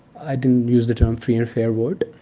i didn't use the term, free and fair vote.